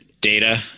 data